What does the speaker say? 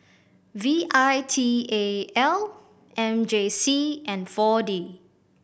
V I T A L M J C and Four D